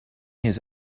his